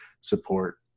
support